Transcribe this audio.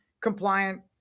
compliant